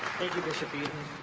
thank you, bishop eaton.